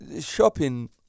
Shopping